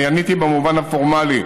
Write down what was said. אני עניתי במובן הפורמלי,